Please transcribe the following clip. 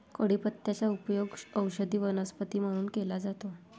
कढीपत्त्याचा उपयोग औषधी वनस्पती म्हणून केला जातो